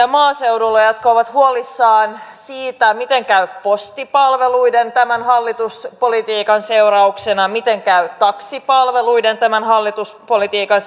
ihmisiä maaseudulla jotka ovat huolissaan siitä miten käy postipalveluiden tämän hallituspolitiikan seurauksena miten käy taksipalveluiden tämän hallituspolitiikan